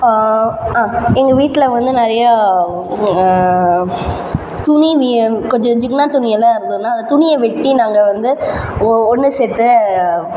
எங்கள் வீட்டில் வந்து நிறையா துணி வீ கொஞ்சம் ஜிகினா துணியெல்லாம் இருந்ததுன்னால் அந்த துணியை வெட்டி நாங்கள் வந்து ஒ ஒன்று சேர்த்து